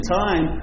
time